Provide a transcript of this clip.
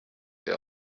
they